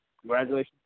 congratulations